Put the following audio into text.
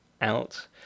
out